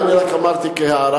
רק אמרתי את זה כהערה.